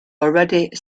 already